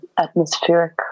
atmospheric